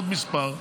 עוד מספר,